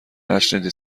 نشنیدی